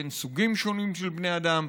בין סוגים שונים של בני אדם,